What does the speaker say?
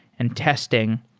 and testing.